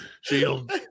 shield